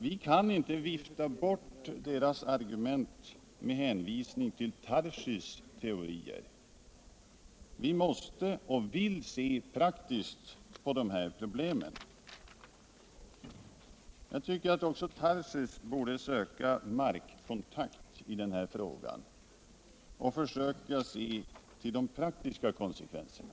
Vi kan inte vifta bort deras argument med hänvisning till herr Tarschys teorier. Vi måste och vill se praktiskt på de här problemen. Jag tycker att också herr Tarschys borde söka markkontakt i den här frågan och försöka se till de praktiska konsekvenserna.